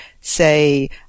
say